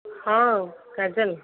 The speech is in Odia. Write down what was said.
ହଁ କାଜଲ